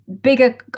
bigger